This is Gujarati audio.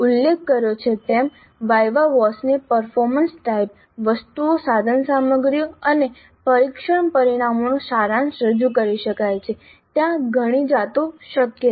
ઉલ્લેખ કર્યો છે તેમ વિવા વોસને પરફોર્મન્સ ટાઇપ વસ્તુઓસાધનસામગ્રી અને પરીક્ષણ પરિણામોનો સારાંશ રજૂ કરી શકાય છે ત્યાં ઘણી જાતો શક્ય છે